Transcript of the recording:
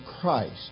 Christ